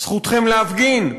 זכותכם להפגין,